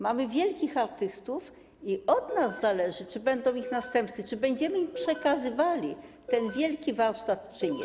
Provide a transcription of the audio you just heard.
Mamy wielkich artystów i od nas zależy, czy będą ich następcy, czy będziemy im przekazywali ten wielki warsztat, czy nie.